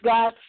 God